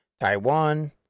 Taiwan